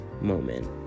moment